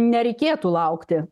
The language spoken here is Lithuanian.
nereikėtų laukti